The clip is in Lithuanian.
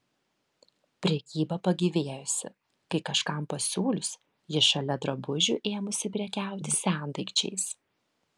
prekyba pagyvėjusi kai kažkam pasiūlius ji šalia drabužių ėmusi prekiauti sendaikčiais